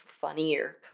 funnier